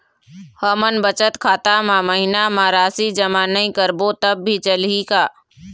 हमन बचत खाता मा महीना मा राशि जमा नई करबो तब भी चलही का?